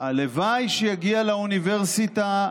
הלוואי שיגיע לאוניברסיטה,